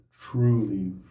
truly